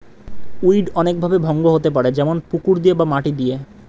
weed অনেক ভাবে ভঙ্গ হতে পারে যেমন পুকুর দিয়ে বা মাটি দিয়ে